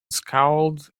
scowled